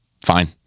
fine